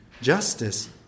Justice